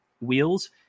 wheels